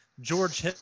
George